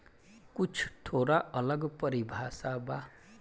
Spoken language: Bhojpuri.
कुछ थोड़ा अलग परिभाषा बा